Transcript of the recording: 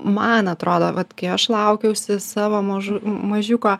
man atrodo vat kai aš laukiausi savo mažu mažiuko